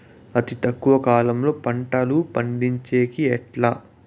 అతి తక్కువ కాలంలో పంటలు పండించేకి ఎట్లా?